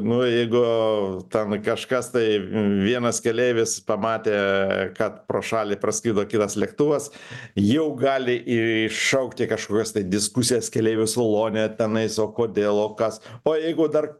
nu jeigu ten kažkas tai vienas keleivis pamatė kad pro šalį praskrido kitas lėktuvas jau gali iššaukti kažkokias diskusijas keleivių salone tenais o kodėl o kas o jeigu dar